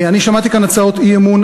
אני שמעתי כאן הצעות אי-אמון,